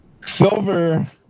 silver